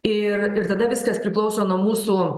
ir ir tada viskas priklauso nuo mūsų